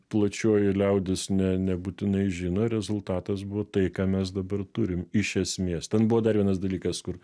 plačioji liaudis ne nebūtinai žino rezultatas buvo tai ką mes dabar turim iš esmės ten buvo dar vienas dalykas kur